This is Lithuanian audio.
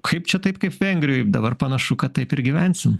kaip čia taip kaip vengrijoj dabar panašu kad taip ir gyvensim